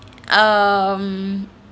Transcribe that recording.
um